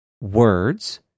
words